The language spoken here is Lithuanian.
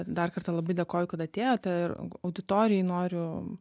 dar kartą labai dėkoju kad atėjote ir auditorijai noriu